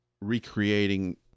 recreating